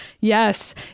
yes